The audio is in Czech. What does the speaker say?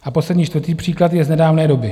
A poslední, čtvrtý příklad je z nedávné doby.